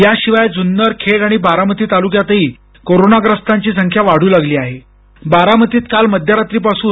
याशिवाय जुन्नर खेड आणि बारामती तालुक्यातही कोरोनाग्रस्तांची संख्या वाढू लागली आहे बारामतीत काल मध्यरात्रीपासून